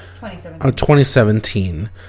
2017